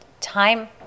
time